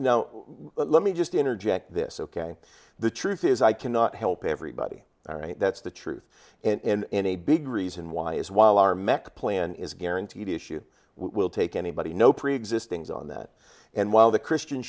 now let me just interject this ok the truth is i cannot help everybody all right that's the truth and a big reason why is while our mech plan is guaranteed issue will take anybody no preexisting zone that and while the christian